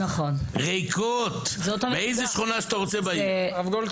ריקות באיזה שכונה שאתה רוצה בעיר.